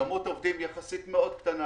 כמות עובדים יחסית מאוד קטנה,